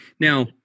now